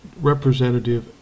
Representative